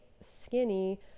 skinny